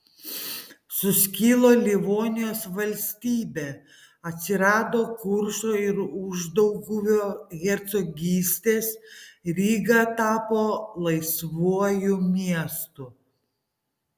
suskilo livonijos valstybė atsirado kuršo ir uždauguvio hercogystės ryga tapo laisvuoju miestu